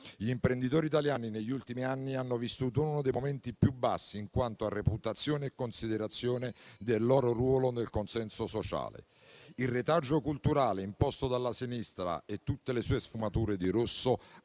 Gli imprenditori italiani negli ultimi anni hanno vissuto uno dei momenti più bassi in quanto a reputazione e considerazione del loro ruolo nel consesso sociale. Il retaggio culturale imposto dalla sinistra e tutte le sue sfumature di rosso